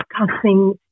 discussing